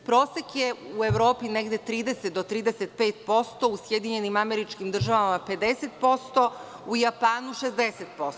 Prosek je u Evropi negde oko 30 do 35%, u SAD 50%, u Japanu 60%